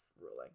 ruling